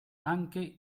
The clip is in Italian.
anche